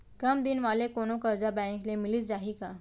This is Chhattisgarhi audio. कम दिन वाले कोनो करजा बैंक ले मिलिस जाही का?